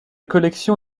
collection